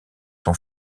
son